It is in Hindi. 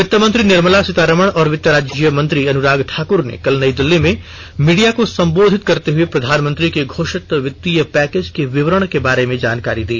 वित्त मंत्री निर्मला सीतारमण और वित्त राज्य मंत्री अनुराग ठाकुर ने कल नई दिल्ली में मीडिया को संबोधित करते हुए प्रधानमंत्री के घोषित वित्तीय पैकेज के विवरण के बारे में जानकारी दी